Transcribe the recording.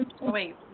Wait